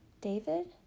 David